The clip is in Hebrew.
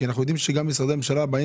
כי אנחנו יודעים שגם משרדי הממשלה באים